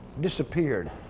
disappeared